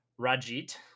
Rajit